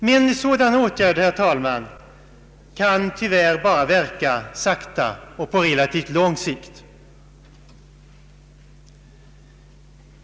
Men sådana åtgärder kan, herr talman, tyvärr bara verka sakta och på relativt lång sikt.